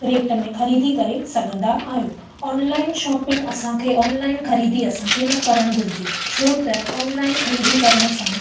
rate में ख़रीदी करे सघंदा आहियो ऑनलाइन शॉपिंग असांखे ऑनलाइन ख़रीदी असांखे न करणु घुरिजे छो त ऑनलाइन ख़रीदी करण सां